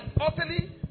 utterly